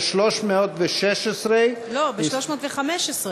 לא, ב-316, לא, ב-315.